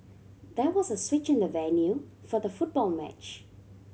there was a switch in the venue for the football match